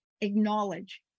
acknowledge